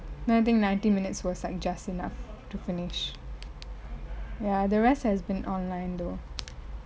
then I think ninety minutes was like just enough to finish ya the rest has been online though